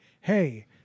hey